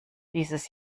dieses